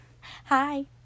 Hi